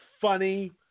funny